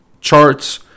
charts